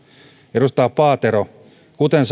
edustaja paatero kuten